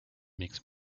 makes